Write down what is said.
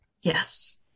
Yes